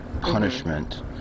punishment